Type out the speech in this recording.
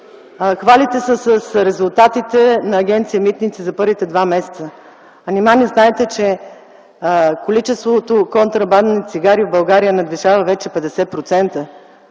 Хвалите се с резултатите на Агенция „Митници” за първите два месеца. Нима не знаете, че количеството контрабандни цигари в България надвишава вече 50%?!